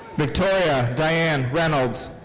victoria diane reynolds.